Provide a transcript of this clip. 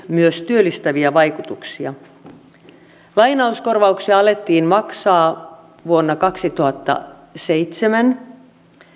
myös työllistäviä vaikutuksia lainauskorvauksia alettiin maksaa vuonna kaksituhattaseitsemän